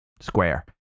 square